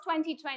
2020